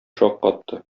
шаккатты